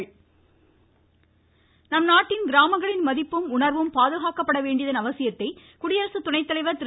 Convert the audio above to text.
வெங்கையா நம் நாட்டின் கிராமங்களின் மதிப்பும் உணர்வும் பாதுகாக்கப்பட வேண்டியதன் அவசியத்தை குடியரசுத் துணை தலைவர் திரு